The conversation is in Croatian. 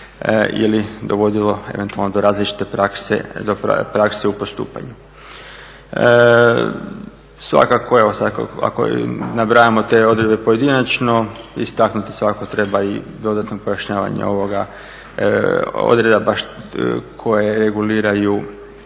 ili dovodilo eventualno do različite prakse u postupanju. Svakako, evo kad nabrajamo te odredbe pojedinačno istaknuti svakako treba i dodatno pojašnjavanje ovih odredaba koje reguliraju